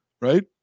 right